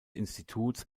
instituts